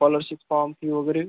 scholarship form fee वगैरे